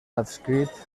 adscrit